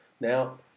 Now